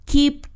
Keep